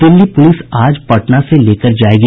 Delhi police आज पटना से लेकर जायेगी